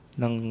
ng